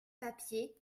papier